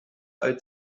uit